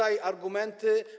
Argumenty.